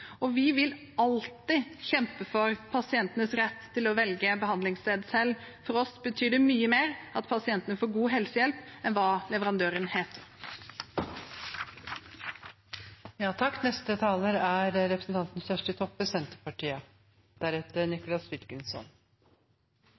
Vi vil alltid kjempe for pasientenes rett til å velge behandlingssted selv. For oss betyr det mye mer at pasientene får god helsehjelp enn hva leverandøren heter. Ideell sektor utgjer ein veldig viktig del av norske velferdstenester. Ideelle aktørar er